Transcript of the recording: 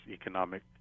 economic